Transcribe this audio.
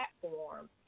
platform